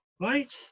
right